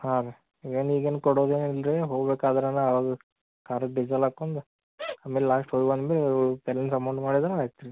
ಹಾಂ ರೀ ಏನು ಈಗೇನು ಕೊಡೋದು ಏನು ಇಲ್ಲ ರೀ ಹೊಗ್ಬೇಕು ಅದ್ರಾನ ಅವಾಗ ಕಾರಿಗೆ ಡೀಸೆಲ್ ಹಾಕೊಂಡು ಆಮೇಲೆ ಲಾಸ್ಟ್ ಓಯ್ ಬಂದು ಫೈನಲ್ ಅಮೌಂಟ್ ಮಾಡಿದ್ದರೆ ಅಯ್ತು ರೀ